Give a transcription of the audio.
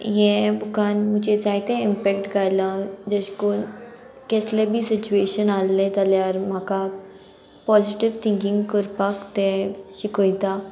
ये बुकान म्हूजेर जायते इम्पॅक्ट घायलां जेश कुन्न कसले बी सिच्युएशन आहले जाल्यार म्हाका पॉजिटीव थिंकींग करपाक तें शिकोयता